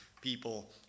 people